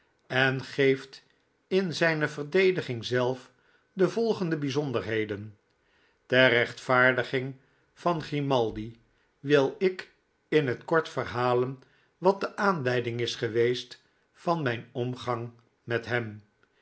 en geeft in zijne verdediging zelf de volgende bizonderheden ter rechtvaardiging van grimaldi wil ik in tkort verhalen wat de aanleiding is geweest van mijn omgang met hem